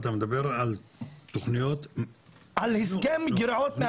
אתה מדבר על תוכניות --- על הסכם גריעות.